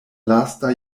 lasta